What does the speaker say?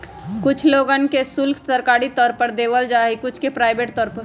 कुछ लोगन के शुल्क सरकारी तौर पर देवल जा हई कुछ के प्राइवेट तौर पर